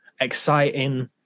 exciting